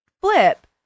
flip